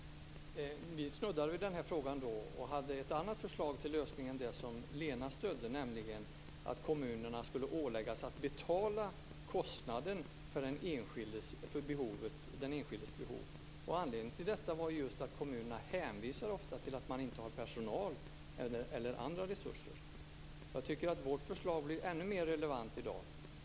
Vi snuddade då vid den här frågan, men vi hade ett annat förslag till lösning än det som Lena Olsson stödde, nämligen att kommunerna skulle åläggas att betala kostnaderna för att tillgodose den enskildes behov. Anledningen till detta var att kommunerna ofta hänvisade till att de inte har personal eller andra resurser. Jag tycker att vårt förslag är ännu mer relevant i dag.